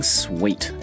sweet